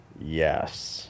yes